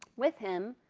with him,